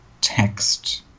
text